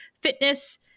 fitness